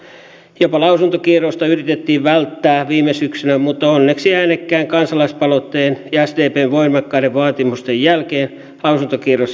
jopa lausuntokierrosta yritettiin välttää viime syksynä mutta onneksi äänekkään kansalaispalautteen ja sdpn voimakkaiden vaatimusten jälkeen lausuntokierros järjestyi